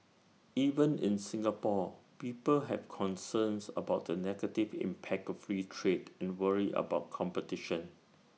even in Singapore people have concerns about the negative impact of free trade and worry about competition